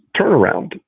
turnaround